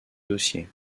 dossiers